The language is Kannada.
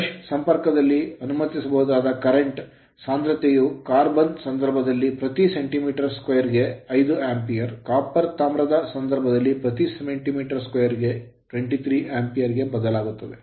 Brush ಬ್ರಷ್ ಸಂಪರ್ಕದಲ್ಲಿ ಅನುಮತಿಸಬಹುದಾದ current ಕರೆಂಟ್ ಸಾಂದ್ರತೆಯು carbon ಇಂಗಾಲದ ಸಂದರ್ಭದಲ್ಲಿ ಪ್ರತಿ centimetre square ಸೆಂಟಿಮೀಟರ್ ಚದರಕ್ಕೆ 5 Ampere ಆಂಪಿಯರ copper ತಾಮ್ರದ ಸಂದರ್ಭದಲ್ಲಿ ಪ್ರತಿ centimetre square ಸೆಂಟಿಮೀಟರ್ ಚದರಕ್ಕೆ 23 Ampere ಆಂಪಿಯರ ಗೆ ಬದಲಾಗುತ್ತದೆ